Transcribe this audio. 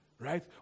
Right